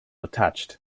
attached